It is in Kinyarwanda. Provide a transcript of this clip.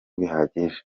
bihagije